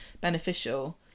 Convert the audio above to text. beneficial